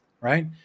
right